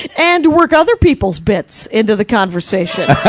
and work other people's bits into the conversation.